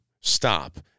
stop